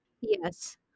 Yes